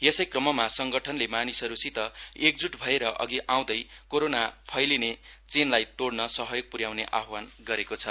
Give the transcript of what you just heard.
यसैक्रममा संगठनले मानिसहरूसित एकजुट भएर अघि आँउदै कोरोना फैलिने चेनलाई तोइन सहयोग पुर्याउने आह्वान गरेको छ